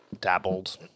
dabbled